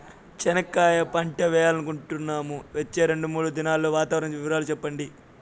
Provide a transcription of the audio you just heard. చెనక్కాయ పంట వేయాలనుకుంటున్నాము, వచ్చే రెండు, మూడు దినాల్లో వాతావరణం వివరాలు చెప్పండి?